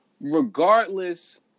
regardless